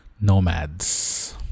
nomads